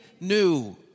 new